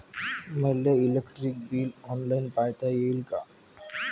मले electric bill online पायता येईन का?